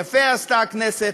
יפה עשתה הכנסת,